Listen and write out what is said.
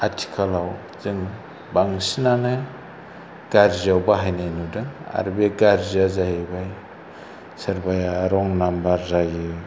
आथिखालआव जों बांसिनआनो गाज्रियाव बाहायनाय नुदों आरो बे गाज्रिया जाहैबाय सोरबाया रं नाम्बार जायो